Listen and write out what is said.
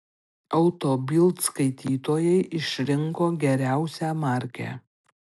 auto bild skaitytojai išrinko geriausią markę